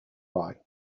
bike